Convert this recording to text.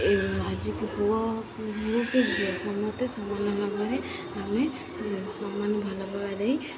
ଏବଂ ଆଜିକା ପୁଅ କି ଝିଅ ସମସ୍ତେ ସମାନ ଭାବରେ ଆମେ ସମାନ ପାଇବା ଦେଇ